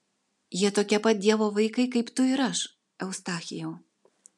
jie tokie pat dievo vaikai kaip tu ir aš eustachijau